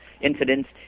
incidents